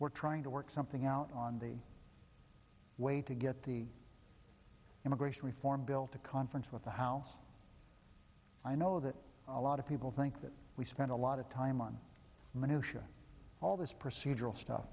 we're trying to work something out on the way to get the immigration reform bill to conference with the house i know that a lot of people think that we spent a lot of time on minutia all this procedural stuff